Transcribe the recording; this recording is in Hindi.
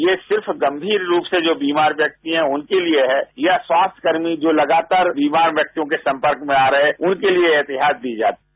ये सिर्फ गंभीर रूप से जो बीमार व्यक्ति है उनके लिए है या स्वास्थ्यकर्मी जो लगातार बीमार व्यक्तियों के सम्पर्क में आ रहे हैं उनके लिए एहतियात दी जाती है